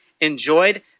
enjoyed